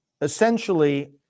essentially